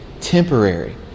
temporary